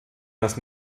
das